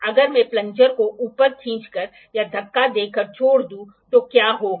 अगर मैं प्लंजर को ऊपर खींचकर या धक्का देकर छोड़ दूं तो क्या होगा